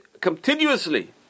continuously